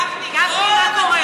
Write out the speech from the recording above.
גפני, מה קורה?